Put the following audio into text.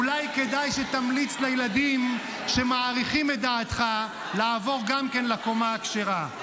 אולי כדאי שתמליץ לילדים שמעריכים את דעתך לעבור גם כן לקומה הכשרה.